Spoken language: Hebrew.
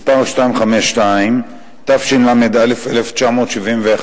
מס' 252, התשל"א 1971,